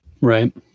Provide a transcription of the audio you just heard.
Right